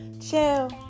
Chill